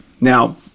Now